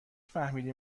فهمیدی